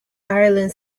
ireland